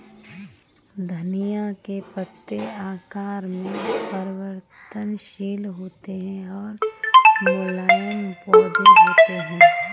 धनिया के पत्ते आकार में परिवर्तनशील होते हैं और मुलायम पौधे होते हैं